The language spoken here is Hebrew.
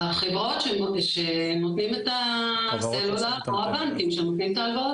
חברות הסלולר, או הבנקים שנותנים את ההלוואות.